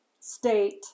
state